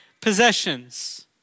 Possessions